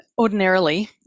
ordinarily